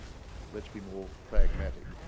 let's be more pragmatic!